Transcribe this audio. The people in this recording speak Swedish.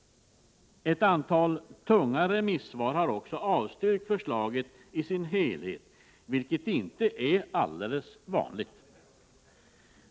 Ett antal tunga remissinstanser har avstyrkt förslaget i dess helhet, vilket inte är alldeles vanligt.